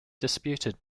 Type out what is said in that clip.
disputed